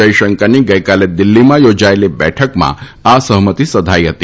જયશંકરની ગઇકાલાદિલ્ફીમાં યોજાથલી બઠકમાં આ સહમતી સધાઇ હતી